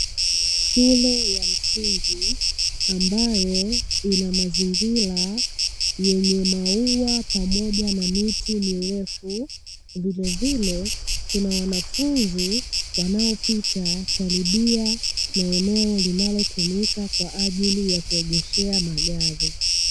Shule ya msingi, ambayo ina mazingira yenye maua pamoja na miti mirefu, vilevile kuna wanafunzi wanaopita karibia na eneo linalotumika kwa ajili ya kuegeshea magari.